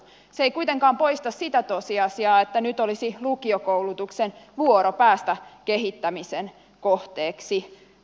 se ei kuitenkaan poista sitä tosiasiaa että nyt olisi lukiokoulutuksen vuoro päästä kehittämisen kohteeksi